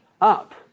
up